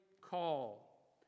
call